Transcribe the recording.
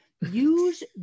Use